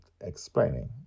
Explaining